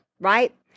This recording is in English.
right